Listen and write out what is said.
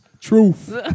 Truth